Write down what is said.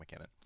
McKinnon